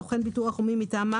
סוכן ביטוח או מי מטעמם,